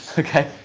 okay,